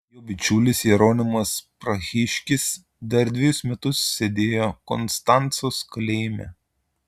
jo bičiulis jeronimas prahiškis dar dvejus metus sėdėjo konstancos kalėjime